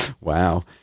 Wow